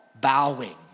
bowing